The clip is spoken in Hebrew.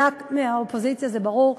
מהאופוזיציה זה ברור,